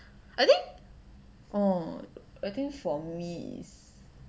I think oh I think for me is